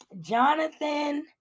Jonathan